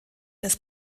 des